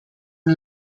and